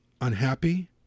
unhappy